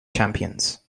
champions